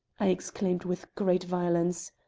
i exclaimed with great violence.